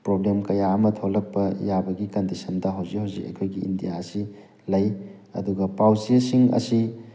problem ꯀꯌꯥ ꯑꯃ ꯊꯣꯛꯂꯛꯄ ꯌꯥꯕꯒꯤ ꯀꯟꯗꯤꯁꯟꯗ ꯍꯧꯖꯤꯛ ꯍꯧꯖꯤꯛ ꯑꯩꯈꯣꯏꯒꯤ ꯏꯟꯗꯤꯌꯥꯁꯤ ꯂꯩ ꯑꯗꯨꯒ ꯄꯥꯎꯆꯦꯁꯤꯡ ꯑꯁꯤ